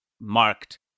marked